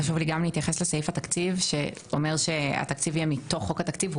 חשוב לי גם להתייחס לסעיף התקציב שאומר שהתקציב יהיה מתוך חוק התקציב.